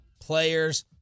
players